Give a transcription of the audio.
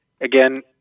Again